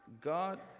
God